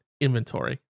inventory